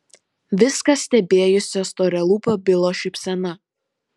viską stebėjusio storalūpio bilo šypsena